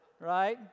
right